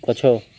ଗଛ